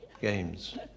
games